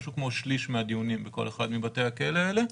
משהו כמו שליש מהדיונים בכל אחד מבתי הכלא האלה.